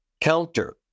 counter